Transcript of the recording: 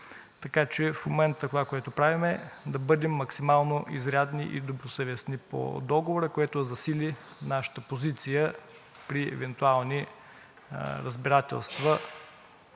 Така че в момента това, което правим, е да бъдем максимално изрядни и добросъвестни по договора, което да засили нашата позиция при евентуални разбирателства